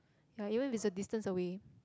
ya even if it's a distance away